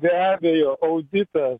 be abejo auditas